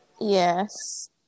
Yes